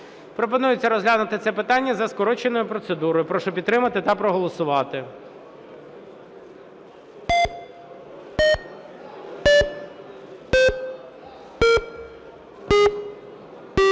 Пропонується розглянути це питання за скороченою процедурою. Прошу підтримати та проголосувати.